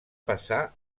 passar